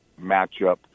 matchup